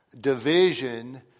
division